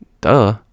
Duh